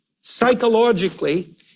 Psychologically